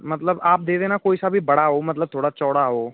मतलब आप दे देना कोई सा भी बड़ा हो मतलब थोड़ा चौड़ा हो